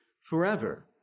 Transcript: forever